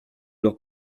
leurs